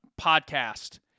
podcast